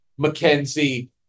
McKenzie